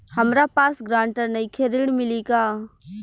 हमरा पास ग्रांटर नईखे ऋण मिली का?